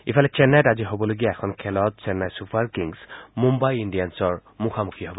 ইফালে চেন্নাইত আজি হবলগীয়া এখন খেলত চেন্নাই ছুপাৰ কিংছ মুন্নাই ইণ্ডিয়ানছৰ মুখামুখি হ'ব